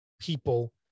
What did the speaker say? people